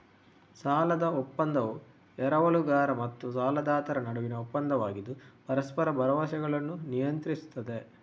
ಸಾಲದ ಒಪ್ಪಂದವು ಎರವಲುಗಾರ ಮತ್ತು ಸಾಲದಾತರ ನಡುವಿನ ಒಪ್ಪಂದವಾಗಿದ್ದು ಪರಸ್ಪರ ಭರವಸೆಗಳನ್ನು ನಿಯಂತ್ರಿಸುತ್ತದೆ